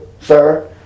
sir